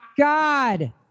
god